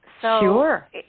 Sure